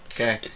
okay